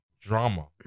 drama